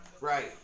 Right